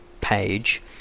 page